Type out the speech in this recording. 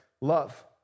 love